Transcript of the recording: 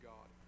God